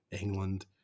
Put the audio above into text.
England